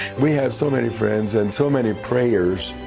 we have so many friends and so many prayers,